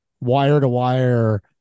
wire-to-wire